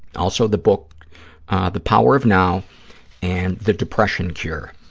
also, the book the power of now and the depression cure.